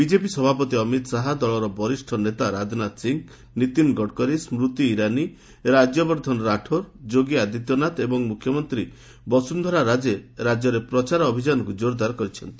BJP ସଭାପତି ଅମିତ ଶାହା ଦଳର ବରିଷ ନେତା ରାଜନାଥ ସିଂ ନୀତିନ ଗଡ଼କରୀ ସ୍କୁତି ଇରାନୀ ରାଜ୍ୟବର୍ଦ୍ଧନ ରାଠୋର ଯୋଗୀ ଆଦିତ୍ୟନାଥ ଏବଂ ମୁଖ୍ୟମନ୍ତ୍ରୀ ବସୁନ୍ଧରା ରାଜେ ରାଜ୍ୟରେ ପ୍ରଚାର ଅଭିଯାନକୁ ଜୋରଦାର କରିଛନ୍ତି